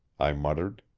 i muttered.